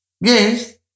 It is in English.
Yes